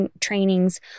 trainings